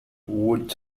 would